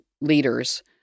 leaders